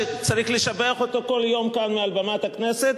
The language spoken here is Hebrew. שצריך לשבח אותו עליה כל יום כאן מעל במת הכנסת.